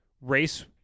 race